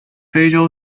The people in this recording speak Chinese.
非洲